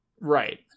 Right